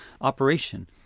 operation